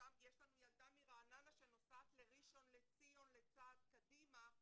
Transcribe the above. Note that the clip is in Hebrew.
שם יש לנו ילדה מרעננה שנוסעת לראשון לציון ל"צעד קדימה".